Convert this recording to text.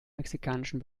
mexikanischen